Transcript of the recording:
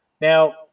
Now